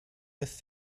with